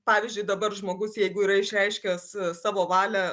pavyzdžiui dabar žmogus jeigu yra išreiškęs savo valią